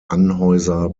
anheuser